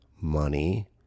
money